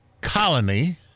colony